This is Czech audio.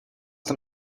tam